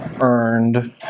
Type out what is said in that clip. earned